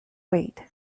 weight